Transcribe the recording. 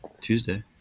Tuesday